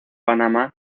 panamá